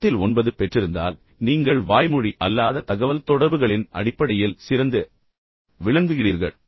பத்தில் ஒன்பது பெற்றிருந்தால் நீங்கள் வாய்மொழி அல்லாத தகவல்தொடர்புகளின் அடிப்படையில் சிறந்து விளங்குகிறீர்கள்